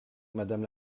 madame